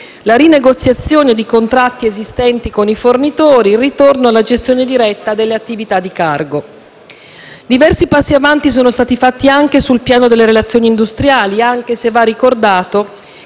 la rinegoziazione dei contratti esistenti con i fornitori, il ritorno alla gestione diretta delle attività di cargo. Diversi passi avanti sono stati fatti anche sul piano delle relazioni industriali, anche se va ricordato